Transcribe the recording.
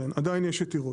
כן, עדיין יש יתירות.